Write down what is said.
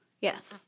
Yes